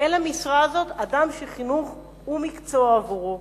אל המשרה הזאת אדם שחינוך הוא מקצוע עבורו,